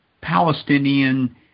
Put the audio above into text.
Palestinian